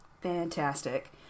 Fantastic